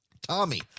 Tommy